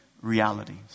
Realities